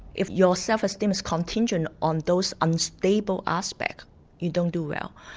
if your self esteem is contingent on those unstable aspects you don't do well,